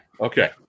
okay